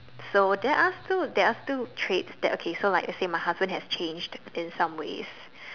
so there are stood there are still trades so like let's say my husband has changed in some ways